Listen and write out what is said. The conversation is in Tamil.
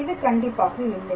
இது கண்டிப்பாக இல்லை